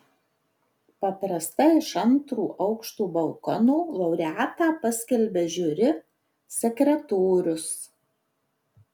paprastai iš antro aukšto balkono laureatą paskelbia žiuri sekretorius